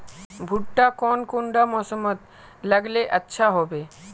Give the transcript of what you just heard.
भुट्टा कौन कुंडा मोसमोत लगले अच्छा होबे?